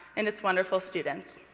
and its wonderful students.